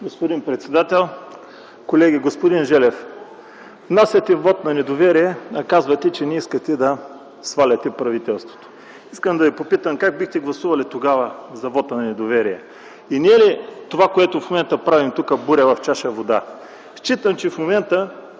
Господин председател, колеги, господин Желев! Внасяте вот на недоверие, а казвате, че не искате да сваляте правителството. Искам да ви попитам: как бихте гласували тогава за вота на недоверие? Това, което в момента правим, не е ли буря в чаша вода? Считам, че в момента